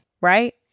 right